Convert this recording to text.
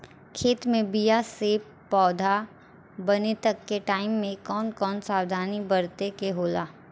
खेत मे बीया से पौधा बने तक के टाइम मे कौन कौन सावधानी बरते के होला?